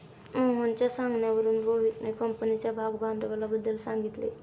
मोहनच्या सांगण्यावरून रोहितने कंपनीच्या भागभांडवलाबद्दल सांगितले